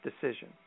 Decision